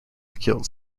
skilled